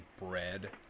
bread